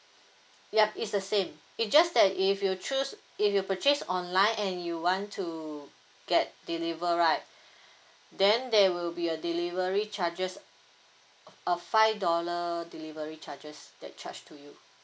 yup it's the same it just that if you choose if you purchase online and you want to get deliver right then there will be a delivery charges a five dollar delivery charges that charge to you